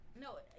No